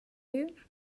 you